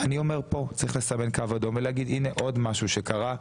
אני אומר פה צריך לסמן קו אדום ולהגיד הנה עוד משהו שקרה,